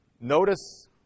notice